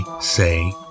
say